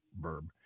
verb